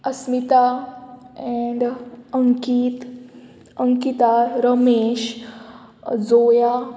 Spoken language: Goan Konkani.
अस्मिता एण्ड अंकीत अंकिता रमेश जोया